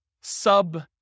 sub